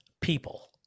People